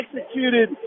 executed